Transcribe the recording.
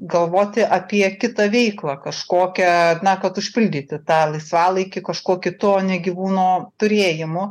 galvoti apie kitą veiklą kažkokią na kad užpildyti tą laisvalaikį kažkuo kitu o ne gyvūno turėjimu